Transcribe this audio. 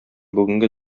бүгенге